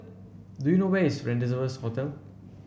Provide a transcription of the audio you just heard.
do you know where is Rendezvous Hotel